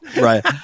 Right